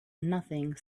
nothing